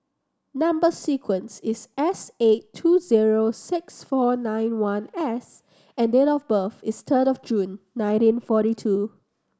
number sequence is S eight two zero six four nine one S and date of birth is third of June nineteen forty two